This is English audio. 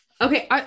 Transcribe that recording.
okay